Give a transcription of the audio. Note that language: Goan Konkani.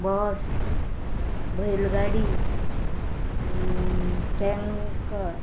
बस बैलगाडी टँकर